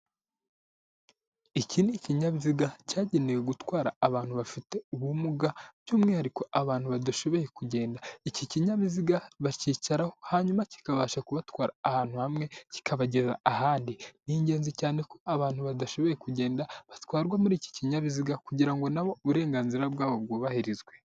Iki ni ikinyabiziga cyagenewe gutwara abantu bafite ubumuga by'umwihariko abantu badashoboye kugenda, iki kinyabiziga bakicaraho hanyuma kikabasha kubatwara ahantu hamwe kikabageza ahandi, ni ingenzi cyane ko abantu badashoboye kugenda batwarwa muri iki kinyabiziga kugira ngo na bo uburenganzira bwabo bwubahirizwe.